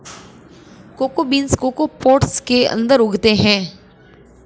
cocoa beans cocoa pods के अंदर उगते हैं